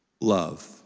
love